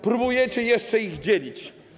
Próbujecie jeszcze ich dzielić.